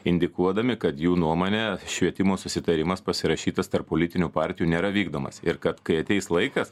indikuodami kad jų nuomone švietimo susitarimas pasirašytas tarp politinių partijų nėra vykdomas ir kad kai ateis laikas